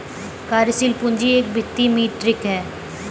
कार्यशील पूंजी एक वित्तीय मीट्रिक है